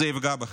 תפגע בכם.